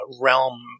realm